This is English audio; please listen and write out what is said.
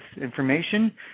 information